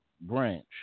branch